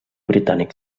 britànic